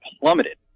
plummeted